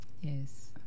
Yes